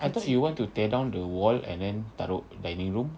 I thought you want to tear down the wall and then taruk dining room